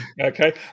okay